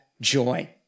joy